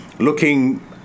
looking